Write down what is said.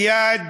מייד